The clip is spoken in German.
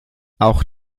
auch